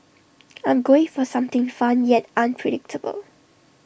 I'm going for something fun yet unpredictable